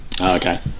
okay